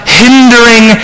hindering